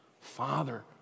Father